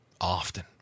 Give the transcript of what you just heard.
often